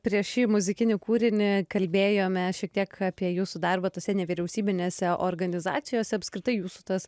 prieš šį muzikinį kūrinį kalbėjome šiek tiek apie jūsų darbą tose nevyriausybinėse organizacijose apskritai jūsų tas